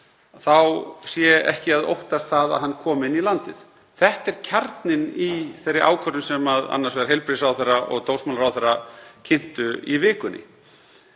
þá sé ekki að óttast það að hann komi inn í landið. Þetta er kjarninn í þeirri ákvörðun sem annars vegar heilbrigðisráðherra og hins vegar dómsmálaráðherra kynntu í vikunni.